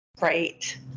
right